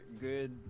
good